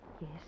Yes